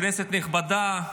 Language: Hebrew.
כנסת נכבדה,